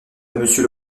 monsieur